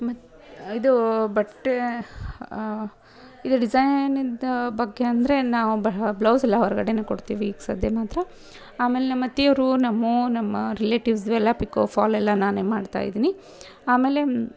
ಮತ್ತು ಇದು ಬಟ್ಟೆ ಈಗ ಡಿಝೈನಿನ ಬಗ್ಗೆ ಅಂದರೆ ನಾವು ಬ್ಲೌಸೆಲ್ಲ ಹೊರ್ಗಡೆ ಕೊಡ್ತೀವಿ ಈಗ ಸದ್ಯ ಮಾತ್ರ ಆಮೇಲೆ ನಮ್ಮ ಅತ್ತೆಯವ್ರು ನಮ್ಮ ಅವ್ವ ನಮ್ಮ ರಿಲೇಟಿವ್ಸು ಎಲ್ಲ ಪಿಕೋ ಫಾಲೆಲ್ಲ ನಾನೇ ಮಾಡ್ತಾ ಇದ್ದೀನಿ ಆಮೇಲೆ